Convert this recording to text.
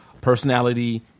personality